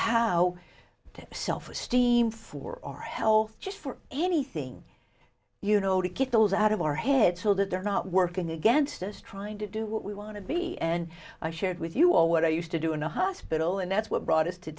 to self esteem for our health just for anything you know to get those out of our head so that they're not working against us trying to do what we want to be and i shared with you all what i used to do in a hospital and that's what brought us to